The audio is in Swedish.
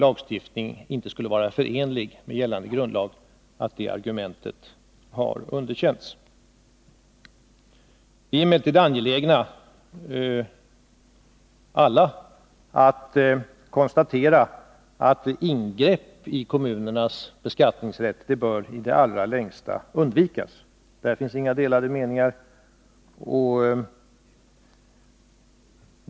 Vi är emellertid alla angelägna att konstatera att ingrepp i kommunernas beskattningsrätt i det allra längsta bör undvikas. Där finns inga delade meningar.